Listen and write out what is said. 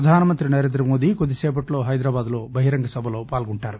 ప్రధానమంత్రి నరేంద్రమోదీ కొద్దీసేపట్లో హైదరాబాద్ బహిరంగ సభలో ప్రసంగిస్తారు